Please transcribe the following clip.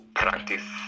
practice